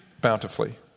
bountifully